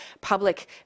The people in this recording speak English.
public